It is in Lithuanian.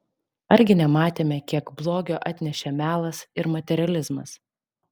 argi nematėme kiek blogio atnešė melas ir materializmas